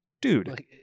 Dude